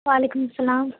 وعلیکم السلام